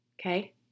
Okay